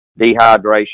dehydration